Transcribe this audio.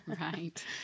Right